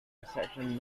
reception